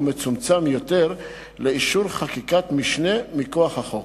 מצומצם יותר לאישור חקיקת משנה מכוח החוק.